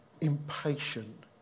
impatient